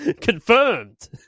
Confirmed